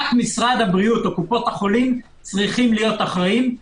רק משרד הבריאות או קופות החולים צריכים להיות אחראיים.